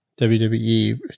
WWE